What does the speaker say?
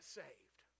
saved